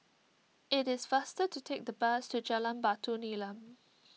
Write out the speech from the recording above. it is faster to take the bus to Jalan Batu Nilam